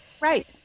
Right